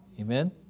Amen